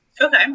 Okay